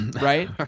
right